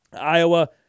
Iowa